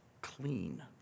clean